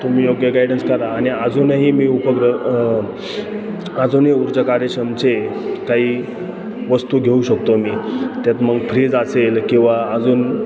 तुम्ही योग्य गायडन्स करा आणि अजूनही मी उपग्र अजूनही ऊर्जा कार्यक्षमचे काही वस्तू घेऊ शकतो मी त्यात मग फ्रीज असेल किंवा अजून